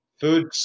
Food